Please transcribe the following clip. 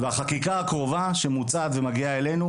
והחקיקה הקרובה שמוצעת ומגיעה אלינו,